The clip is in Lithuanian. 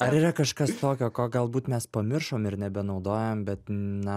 ar yra kažkas tokio ko galbūt mes pamiršom ir nebenaudojam bet na